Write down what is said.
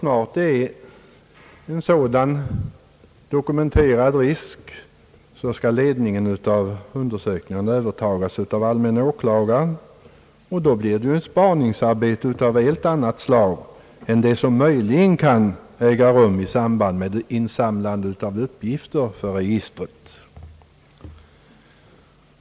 När det gäller en dokumenterad risk skall ledningen av undersökningen övertagas av allmän åklagare, och då blir det ju ett spaningsarbete av helt annat slag än det som möjligen kan äga rum i samband med insamlandet av uppgifter till registret.